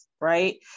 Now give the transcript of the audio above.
right